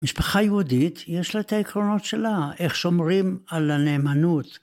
משפחה יהודית יש לה את העקרונות שלה, איך שומרים על הנאמנות.